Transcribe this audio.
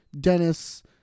Dennis